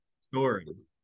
stories